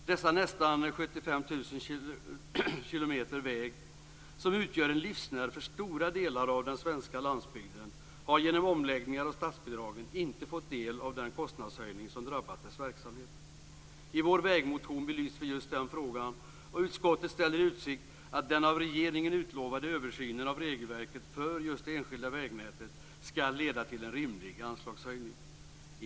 Dessa nästan 75 000 km väg, som utgör en livsnerv för stora delar av den svenska landsbygden, har genom omläggningar av statsbidragen inte fått del av den kostnadshöjning som drabbat dess verksamhet. I vår vägmotion belyser vi just den frågan, och utskottet ställer i utsikt att den av regeringen utlovade översynen av regelverket för just det enskilda vägnätet ska leda till en rimlig anslagshöjning.